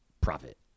profit